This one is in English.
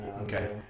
Okay